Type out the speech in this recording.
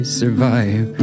survive